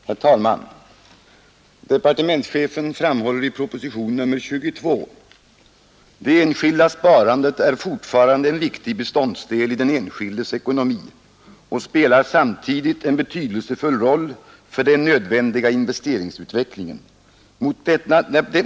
Herr talman! Departementschefen framhåller i propositionen 22: ”Det enskilda sparandet är fortfarande en viktig beståndsdel i den enskildes ekonomi och spelar samtidigt en betydelsefull roll för den nödvändiga investeringsutvecklingen.